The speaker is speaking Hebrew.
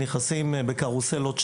נכנסים שניים בקרוסלות.